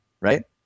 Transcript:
Right